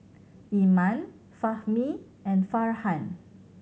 Iman Fahmi and Farhan